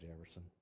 Jefferson